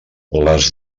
les